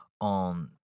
on